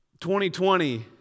2020